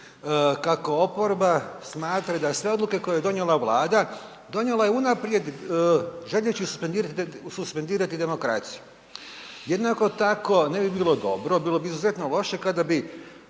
kako oporba smatra da sve odluke koje je donijela Vlada, donijela je unaprijed želeći suspendirati demokraciju. Jednako tako ne bi bilo dobro bilo bi izuzetno loše kada bi,